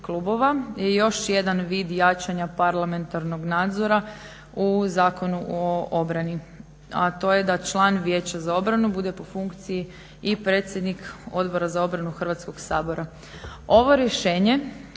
klubova je još jedan vid jačanja parlamentarnog nadzora u Zakonu o obrani. A to je da član Vijeća za obranu bude po funkciji i predsjednik Odbora za obranu Hrvatskoga sabora. Ovo rješenje